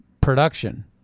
production